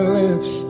lips